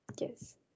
yes